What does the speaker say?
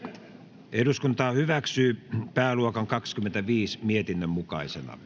ja sen jälkeen voittaneesta mietintöä vastaan.